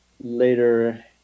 later